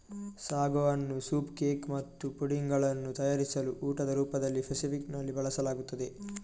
sago ಅನ್ನು soup cake ಮತ್ತು pudding ಗಳನ್ನು ತಯಾರಿಸಲು ಊಟದ ರೂಪದಲ್ಲಿ ಫೆಸಿಫಿಕ್ ನಲ್ಲಿ ಬಳಸಲಾಗುತ್ತದೆ